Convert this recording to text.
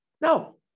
No